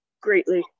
greatly